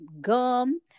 gum